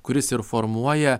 kuris ir formuoja